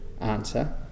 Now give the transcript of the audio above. answer